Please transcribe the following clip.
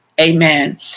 Amen